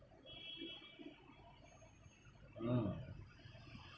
mm